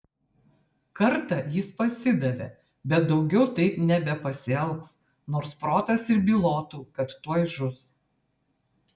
kartą jis pasidavė bet daugiau taip nebepasielgs nors protas ir bylotų kad tuoj žus